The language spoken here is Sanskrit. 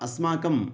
अस्माकं